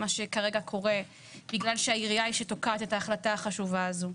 מה שכרגע קורה בגלל שהעירייה היא שתוקעת את ההחלטה החשובה הזו.